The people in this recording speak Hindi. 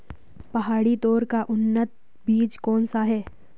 पहाड़ी तोर का उन्नत बीज कौन सा है?